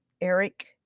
Eric